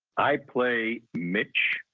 i play mitch,